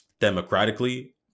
democratically